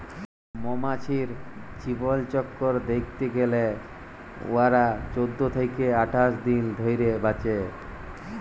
মমাছির জীবলচক্কর দ্যাইখতে গ্যালে উয়ারা চোদ্দ থ্যাইকে আঠাশ দিল ধইরে বাঁচে